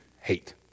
hate